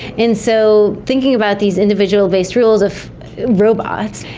and so thinking about these individual based rules of robots,